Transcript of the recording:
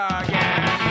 again